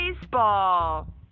baseball